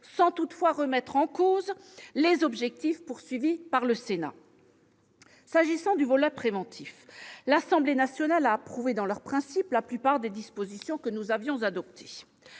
sans toutefois remettre en cause les objectifs visés par le Sénat. S'agissant du volet préventif, l'Assemblée nationale a approuvé, dans leur principe, la plupart des dispositions que nous avions votées.